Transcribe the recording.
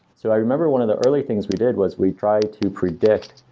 so i remember one of the early things we did was we tried to predict.